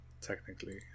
Technically